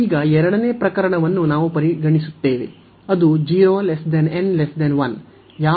ಈಗ ಎರಡನೇ ಪ್ರಕರಣವನ್ನು ನಾವು ಪರಿಗಣಿಸುತ್ತೇವೆ ಯಾವಾಗ 0 n 1